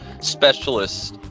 specialists